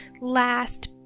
last